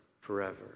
forever